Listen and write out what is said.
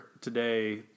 today